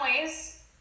ways